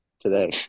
today